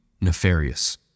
nefarious